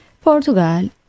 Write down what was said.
Portugal